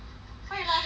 why you laugh at me